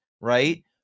right